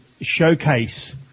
showcase